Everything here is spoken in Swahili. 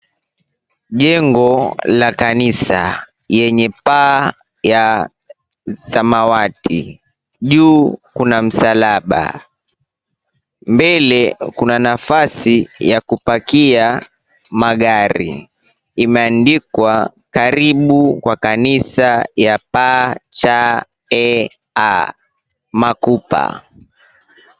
Jengo la kanisa yenye paa ya samawati. Kuu kuna msalaba. Mbele kuna nafasi yakupakia magari. Imeandikwa, "Karibu kwa kanisa ya PACAA Makupa".